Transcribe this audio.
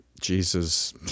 Jesus